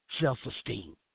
self-esteem